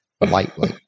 lightly